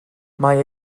mae